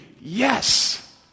yes